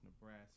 nebraska